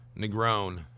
Negron